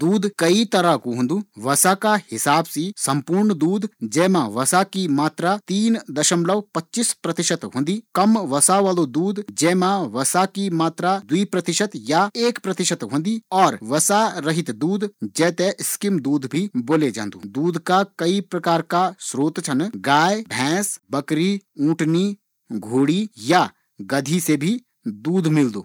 दूध कई तरह कु होन्दु वसा का हिसाब सी सम्पूर्ण दूध जैमा वसा की मात्रा तीन दशमलब दो पांच प्रतिशत होंदी, कम वसा वालू दूध जैमा वसा की मात्र दो प्रतिशत वे सी कम होंदी और वसा रहित दूध जैते स्कीम दूध भी बोलये जांदु।